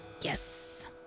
Yes